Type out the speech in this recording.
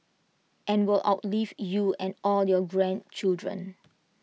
and will outlive you and all your grandchildren